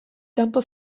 kanpo